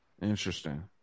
Interesting